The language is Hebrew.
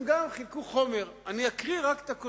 אני עונה על השאלה.